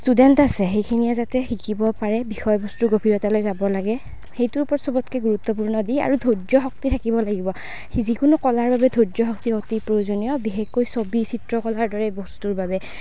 student আছে সেইখিনিয়ে যাতে শিকিব পাৰে বিষয়বস্তুৰ গভীৰতালৈ যাব লাগে সেইটোৰ ওপৰত সবতকৈ গুৰুত্বপূৰ্ণ দি আৰু ধৈৰ্য্য শক্তি থাকিব লাগিব যিকোনো কলাৰ বাবে ধৈৰ্য্য শক্তি অতি প্ৰয়োজনীয় বিশেষকৈ ছবি চিত্ৰকলাৰ দৰে বস্তুৰ বাবে